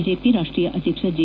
BJP ರಾಷ್ಟೀಯ ಅಧ್ಯಕ್ಷ J